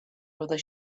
whether